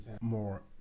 more